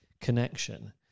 connection